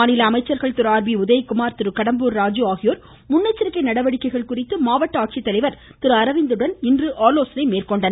மாநில அமைச்சர்கள் Thiru R P Udhayakumar Thiru Kadambur Raju ஆகியோர் முன்னெச்சரிக்கை நடவடிக்கைகள் குறித்து ஆட்சித்தலைவர் திரு அரவிந்த் உடன் இன்று ஆலோசனை மேற்கொண்டனர்